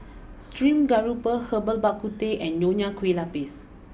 stream grouper Herbal Bak Ku Teh and Nonya Kueh Lapis